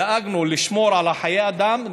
דאגנו לשמור על חיי האדם,